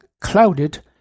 clouded